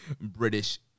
British